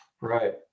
Right